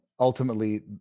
Ultimately